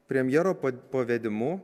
premjero pavedimu